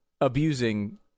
abusing